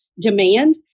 demand